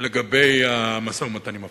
לגבי המשא-ומתן עם הפלסטינים.